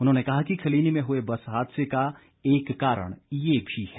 उन्होंने कहा कि खलीनी में हुए बस हादसे का एक कारण ये भी है